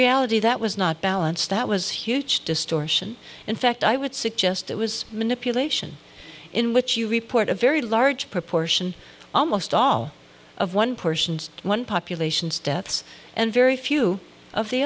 reality that was not balanced that was huge distortion in fact i would suggest it was manipulation in which you report a very large proportion almost all of one persons one populations deaths and very few of the